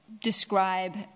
describe